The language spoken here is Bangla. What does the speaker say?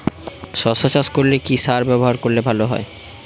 শশা চাষ করলে কি সার ব্যবহার করলে ভালো হয়?